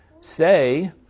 say